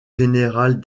générales